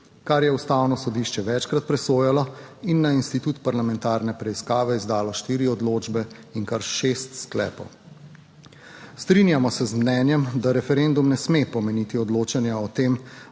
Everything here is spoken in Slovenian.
kar je Ustavno sodišče večkrat presojalo in na institut parlamentarne preiskave izdalo štiri odločbe in kar šest sklepov. Strinjamo se z mnenjem, da referendum ne sme pomeniti odločanja o tem,